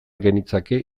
genitzake